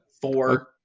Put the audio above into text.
four